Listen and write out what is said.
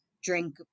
drink